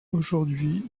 aujourd’hui